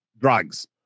Drugs